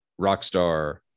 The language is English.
Rockstar